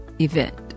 event